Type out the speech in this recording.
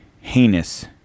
heinous